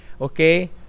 okay